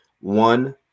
One